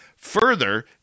Further